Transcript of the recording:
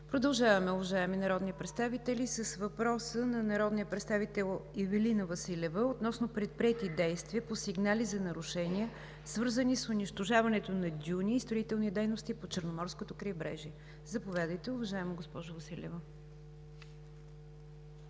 Продължаваме, уважаеми народни представители, с въпроса на народния представител Ивелина Василева относно предприети действия по сигнали за нарушения, свързани с унищожаването на дюни и строителни дейности по Черноморското крайбрежие. Заповядайте, уважаема госпожо Василева.